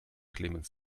clemens